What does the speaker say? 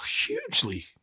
Hugely